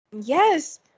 Yes